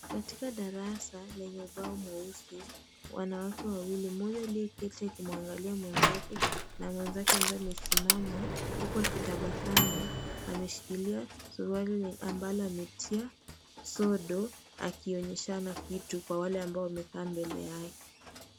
Katika darasa, lenye ubao mweusi, wanawake wawili mmoja aliyeketi akimwangalia mwenzake, na mwenzake ambaye amesimama, huku akitabasamu, ameshikilia suruali ambalo ametia sodo, akionyeshana kitu kwa wale ambao wamekaa mbele yake.